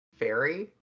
fairy